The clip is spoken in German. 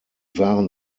waren